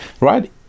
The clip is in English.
right